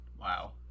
Wow